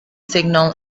signal